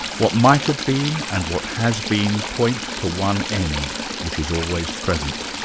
what might have been and what has beenpoint to one end, which is always present.